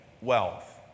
wealth